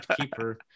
keeper